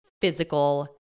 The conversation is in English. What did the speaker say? physical